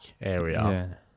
area